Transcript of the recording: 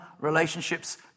relationships